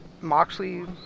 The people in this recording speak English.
Moxley